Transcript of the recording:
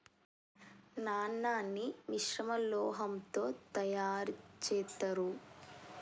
నాణాన్ని మిశ్రమ లోహంతో తయారు చేత్తారు